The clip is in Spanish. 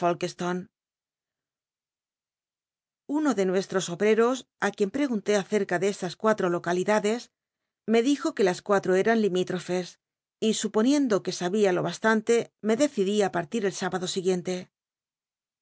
uno de nuestros obrcros i quien prcgunló acerca de estas cuatro localidades me dijo c ue las cuatro eran limítrofes y suponiendo que sabia lo bastante me decidí ir partir el sábado siguiente